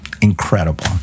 incredible